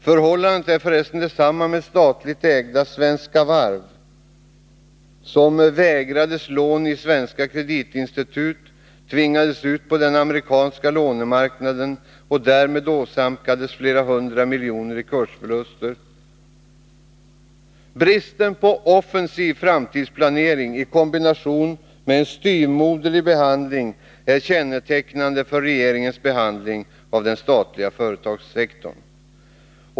Förhållandet är för resten detsamma med statligt ägda Svenska Varv, som vägrades lån i svenska kreditinstitut, tvingades ut på den amerikanska lånemarknaden och därmed åsamkades flera hundra miljoner i kursförluster. Bristen på offensiv framtidsplanering i kombination med en styvmoderlig behandling är kännetecknande för regeringens handhavande av den statliga företagssektorn.